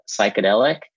psychedelic